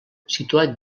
situat